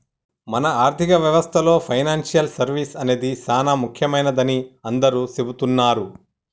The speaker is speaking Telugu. మన ఆర్థిక వ్యవస్థలో పెనాన్సియల్ సర్వీస్ అనేది సానా ముఖ్యమైనదని అందరూ సెబుతున్నారు